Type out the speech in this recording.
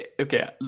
okay